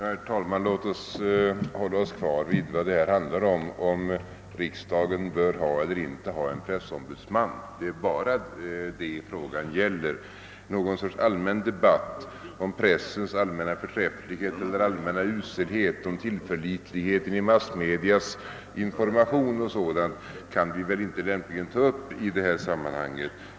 Herr talman! Låt oss hålla oss kvar vid det som debatten gäller, nämligen frågan huruvida vi bör ha eller inte ha en pressombudsman; det är bara den frågan det gäller. Någon sorts allmän debatt om pressens allmänna förträfflighet eller allmänna uselhet, om tillförlitligheten i massmedias information och sådant kan vi väl inte lämpligen ta upp i detta sammanhang.